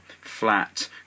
flat